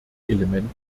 element